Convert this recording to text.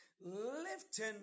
lifting